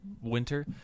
winter